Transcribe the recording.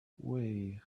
way